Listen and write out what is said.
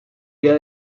día